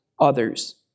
others